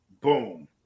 Boom